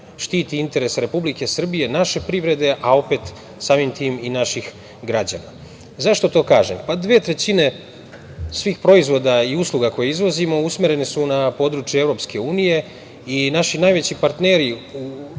štiti interese Republike Srbije, naše privrede, a opet, samim tim i naših građana.Zašto to kažem? Pa, dve trećine svih proizvoda i usluga koje izvozimo usmerene su na područje EU i naši najveći partneri